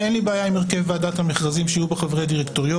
אין לי בעיה עם הרכב ועדת המכרזים שיהיו בה חברי דירקטוריון,